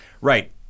Right